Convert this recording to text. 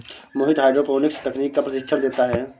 मोहित hydroponics तकनीक का प्रशिक्षण देता है